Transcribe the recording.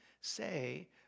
Say